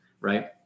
right